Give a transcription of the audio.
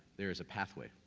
there is a pathway.